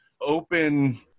open